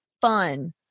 fun